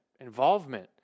involvement